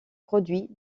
produit